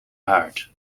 haard